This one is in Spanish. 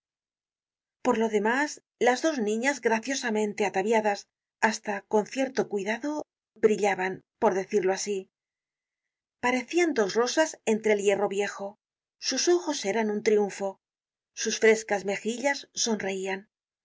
por lo demás las dos niñas graciosamente ataviadas hasta con cierto cuidado brillaban por decirlo asi parecian dos rosas entre el hierro viejo sus ojos eran un triunfo sus frescas mejillas sonreian una